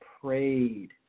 prayed